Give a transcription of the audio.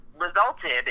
resulted